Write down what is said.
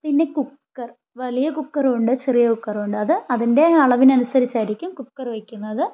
പിന്നെ കുക്കർ വലിയ കുക്കറുമുണ്ട് ചെറിയ കുക്കറുമുണ്ട് അത് അതിൻ്റെ ആളവിന് അനുസരിച്ചായിരിക്കും കുക്കർ വയ്ക്കുന്നത്